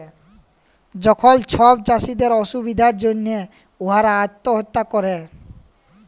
যখল ছব চাষীদের অসুবিধার জ্যনহে উয়ারা আত্যহত্যা ক্যরে